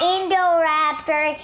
Indoraptor